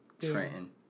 Trenton